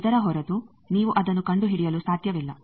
ಇದರ ಹೊರತು ನೀವು ಅದನ್ನು ಕಂಡುಹಿಡಿಯಲು ಸಾಧ್ಯವಿಲ್ಲ